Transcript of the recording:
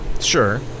Sure